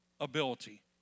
ability